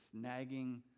nagging